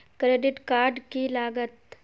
Credit card की लागत?